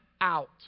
out